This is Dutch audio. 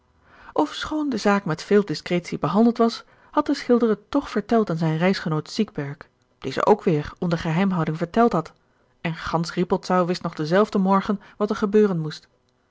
ofschoon de zaak met veel discretie behandeld was had de schilder het toch verteld aan zijn reisgenoot siegberg die ze ook weder onder geheimhouding verteld had en gansch rippoldsau wist nog denzelfden morgen wat er gebeuren moest